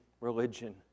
religion